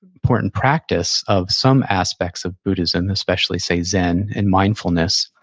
important practice of some aspects of buddhism, especially, say, zen and mindfulness,